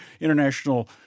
international